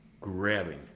grabbing